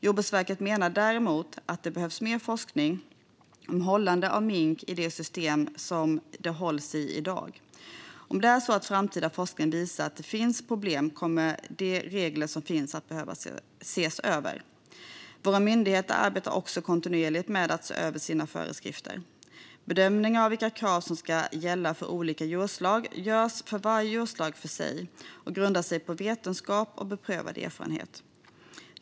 Jordbruksverket menar däremot att det behövs mer forskning om hållande av mink i de system som de i dag hålls i. Om det är så att framtida forskning visar att det finns problem kommer de regler som finns att behöva ses över. Våra myndigheter arbetar också kontinuerligt med att se över sina föreskrifter. Bedömningar av vilka krav som ska gälla för olika djurslag görs för varje djurslag för sig och grundar sig på vetenskap och beprövad erfarenhet.